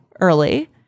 early